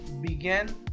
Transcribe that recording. began